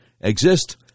exist